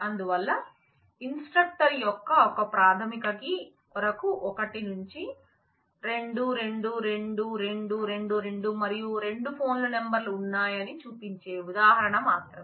అందువల్ల ఇన్స్ట్రక్టర్ యొక్క ఒక ప్రాథమిక కీ కొరకు 1 నుంచి 2 2 2 2 2 2 మరియు రెండు ఫోన్ నెంబర్లు ఉన్నాయని చూపించే ఉదాహరణ మాత్రమే